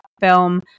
film